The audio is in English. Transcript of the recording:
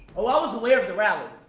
ah that was the way of the rally.